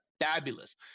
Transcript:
fabulous